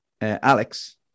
alex